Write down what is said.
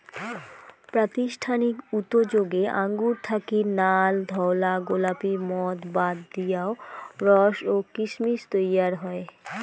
প্রাতিষ্ঠানিক উতোযোগে আঙুর থাকি নাল, ধওলা, গোলাপী মদ বাদ দিয়াও রস ও কিসমিস তৈয়ার হয়